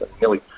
nearly